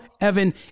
Evan